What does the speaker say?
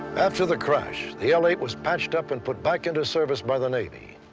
after the crash, the l eight was patched up and put back into service by the navy.